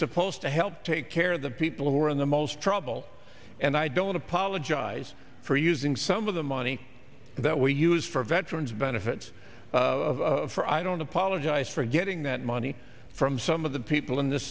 supposed to help take care of the people who are in the most trouble and i don't apologize for using some of the money that we use for veterans benefits of for i don't apologize for getting that money from some of the people in this